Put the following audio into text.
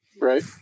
Right